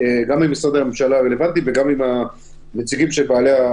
גם עם משרד הממשלה הרלוונטיים וגם עם הנציגים של בעלי,